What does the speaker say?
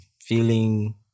feeling